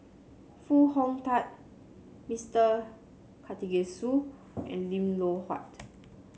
Foo Hong Tatt Mister Karthigesu and Lim Loh Huat